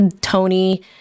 Tony